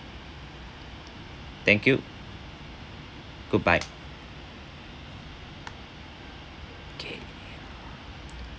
thank you goodbye K